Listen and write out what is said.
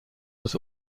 was